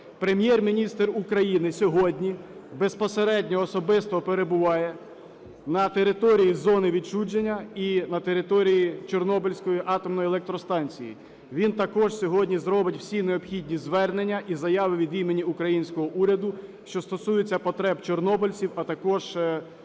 Прем'єр-міністр України сьогодні безпосередньо особисто перебуває на території зони відчуження і на території Чорнобильської атомної електростанції. Він також сьогодні зробить всі необхідні звернення і заяви від імені українського уряду, що стосується потреб чорнобильців, а також